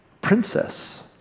princess